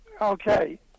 Okay